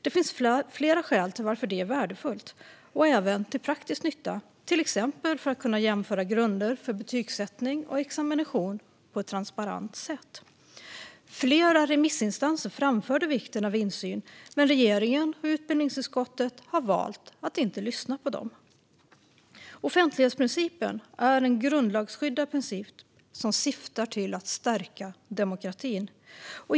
Det finns flera skäl till att det är värdefullt och även ger praktisk nytta, till exempel att man då kan jämföra grunder för betygsättning och examination på ett transparent sätt. Flera remissinstanser framförde vikten av insyn, men regeringen och utbildningsutskottet har valt att inte lyssna på dem. Offentlighetsprincipen är en grundlagsskyddad princip som syftar till att stärka demokratin.